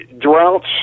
Droughts